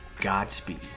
Godspeed